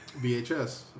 VHS